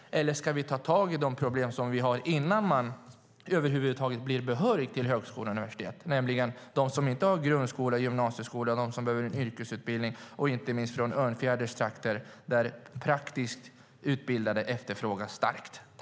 Eller ska vi ta tag i de problem som vi har innan man över huvud taget blir behörig till högskola och universitet? Det handlar om dem som inte har slutfört grundskola och gymnasieskola och de som behöver en yrkesutbildning. Inte minst i Örnfjäders trakter efterfrågas praktiskt utbildade starkt.